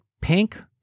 pink